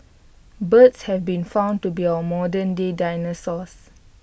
birds have been found to be our modernday dinosaurs